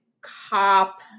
cop –